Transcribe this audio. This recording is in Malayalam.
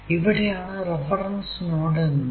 ഇവിടെയാണ് റഫറൻസ് നോഡ് എന്നത്